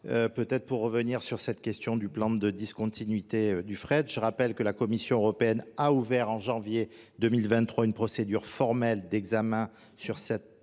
peut-être pour revenir sur cette question du plan de discontinuité du fret, je rappelle que la Commission Européenne a ouvert en janvier 2023 une procédure formelle d'examen sur certaines